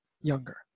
younger